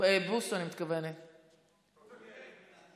בוסו, אני מתכוונת, אוריאל.